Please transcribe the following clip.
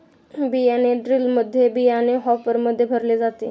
बियाणे ड्रिलमध्ये बियाणे हॉपरमध्ये भरले जाते